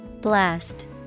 Blast